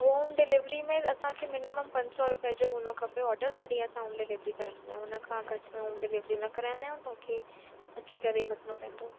home delivery में असांखे minimum पंज सौ रुपए जो हुजणो खपे ऑर्डर तॾहिं असां होम डिलेविरी कराईंदा आयूं हुन खां घटि में होम डिलेविरी न कराईंदा आहियूं तव्हांखे अची करे ई वठिणो पवंदो